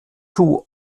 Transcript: two